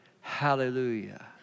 hallelujah